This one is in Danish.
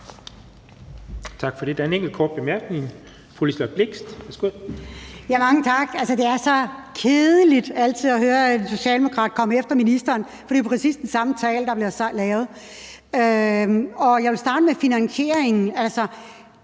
Tak for det. Der er en enkelt kort bemærkning. Fru Liselott Blixt, værsgo. Kl. 12:05 Liselott Blixt (UFG): Mange tak. Altså, det er så kedeligt altid at høre en socialdemokrat komme efter ministeren, for det er præcis den samme tale, der bliver holdt. Jeg vil starte med finansieringen. Jeg